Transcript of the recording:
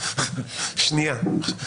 עכשיו אני אתן ביטוי.